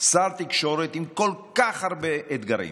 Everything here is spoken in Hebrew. שר תקשורת, עם כל כך הרבה אתגרים,